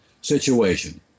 situation